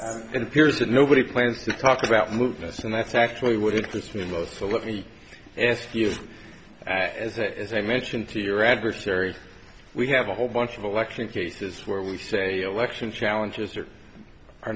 and nobody plans to talk about movements and that's actually what interests me most so let me ask you as it is i mentioned to your adversary we have a whole bunch of election cases where we say alexion challenges or are